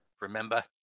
Remember